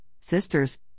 sisters